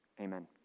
amen